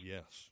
Yes